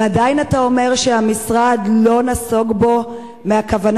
ועדיין אתה אומר שהמשרד לא נסוג בו מהכוונה